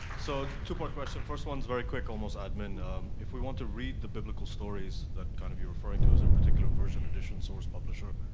so, two part question. first one's very quick. um and if we want to read the biblical stories that kind of you're referring to as a particular version, edition, source, publisher.